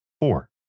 four